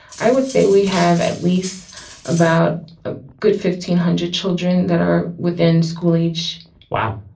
i would say we have at least about a good fifteen hundred children that are within school age wow.